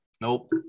Nope